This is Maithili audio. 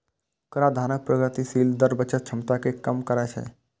कराधानक प्रगतिशील दर बचत क्षमता कें कम करै छै